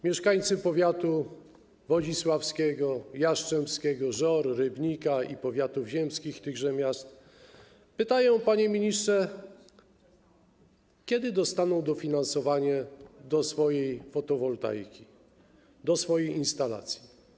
Mieszkańcy powiatów wodzisławskiego i jastrzębskiego, Żor, Rybnika i powiatów ziemskich tychże miast pytają, panie ministrze, kiedy dostaną dofinansowanie do swojej fotowoltaiki, do swojej instalacji.